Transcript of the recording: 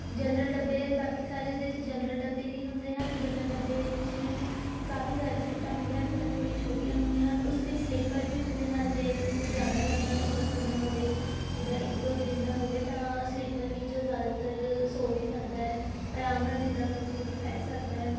general ਡੱਬੇ ਬਾਕੀ ਸਾਰੇ ਉਹਦੇ 'ਚ ਜਨਰਲ ਡੱਬੇ ਹੀ ਹੁੰਦੇ ਹਨ ਜਨਰਲ ਡੱਬੇ ਵਿੱਚ ਕਾਫ਼ੀ ਸਾਰੀ ਸੀਟਾਂ ਹੁੰਦੀਆਂ ਹਨ ਪਰ ਥੋੜ੍ਹੀ ਛੋਟੀਆਂ ਹੁੰਦੀਆਂ ਹਨ ਉਸ ਵਿੱਚ ਸਲੀਪਰ ਵੀ ਹੁੰਦੇ ਹਨ ਜੇ ਕਿਸੇ ਨੇ ਜ਼ਿਆਦਾ ਲੰਬਾ ਸਫ਼ਰ ਕਰਨਾ ਹੋਵੇ ਜਿੱਦਾਂ ਇੱਕ ਦੋ ਦਿਨ ਦਾ ਹੋਵੇ ਤਾਂ ਸਲੀਪਰ ਵਿੱਚ ਉਹ ਜ਼ਿਆਦਾਤਰ ਸੋ ਵੀ ਸਕਦਾ ਹੈ ਆਰਾਮ ਨਾਲ ਜਿੱਦਾਂ ਮਰਜ਼ੀ ਉੱਠ ਬੈਠ ਸਕਦਾ ਹੈ